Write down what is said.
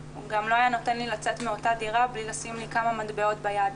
הוא גם לא היה נותן לי לצאת מאותה דירה בלי לשים לי כמה מטבעות ביד.